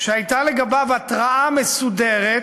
שהייתה לגביה התראה מסודרת,